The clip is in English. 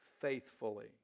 faithfully